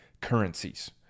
currencies